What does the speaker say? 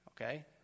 okay